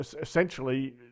essentially